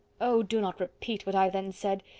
oh! do not repeat what i then said.